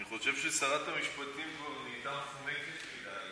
אני חושב ששרת המשפטים כבר נהייתה מפונקת מדי.